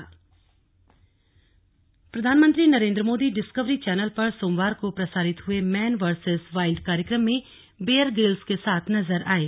slug man versus wild प्रधानमंत्री Narendra Modi Discovery channel पर सोमवार को प्रसारित हुए मैन वर्सेस वाइल्ड कार्यक्रम में बेयर ग्रिल्स के साथ नजर आये